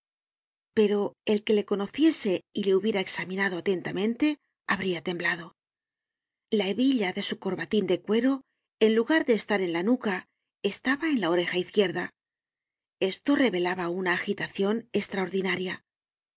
pero el que le co nociese y le hubiera examinado atentamente habria temblado la hebilla de su corbatin de cuero en lugar de estar en la nuca estaba en la oreja izquierda esto revelaba una agitacion estraordinaria